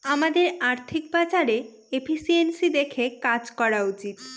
আমাদের আর্থিক বাজারে এফিসিয়েন্সি দেখে কাজ করা উচিত